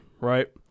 right